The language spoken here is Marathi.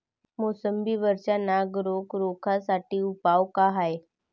मोसंबी वरचा नाग रोग रोखा साठी उपाव का हाये?